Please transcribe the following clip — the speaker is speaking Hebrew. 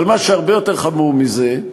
אבל מה שהרבה יותר חמור מזה,